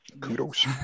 kudos